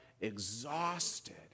exhausted